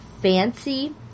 Fancy